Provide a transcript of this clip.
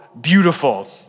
beautiful